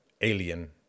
alien